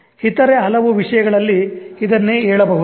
ಇತರೆ ಹಲವು ವಿಷಯಗಳಲ್ಲಿ ಇದನ್ನೇ ಹೇಳಬಹುದು